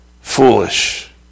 foolish